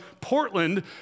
Portland